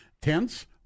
Tents